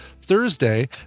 Thursday